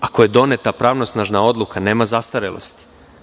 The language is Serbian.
Ako je doneta pravnosnažna odluka, nema zastarelosti.